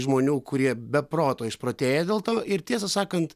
žmonių kurie be proto išprotėję dėl to ir tiesą sakant